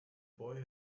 boy